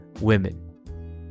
women